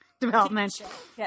Development